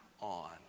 on